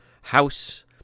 house